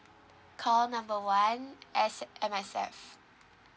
call number one S M_S_F